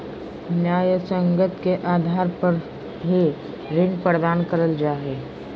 न्यायसंगत के आधार पर ही ऋण प्रदान करल जा हय